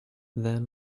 then